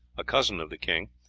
a cousin of the king,